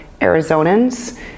Arizonans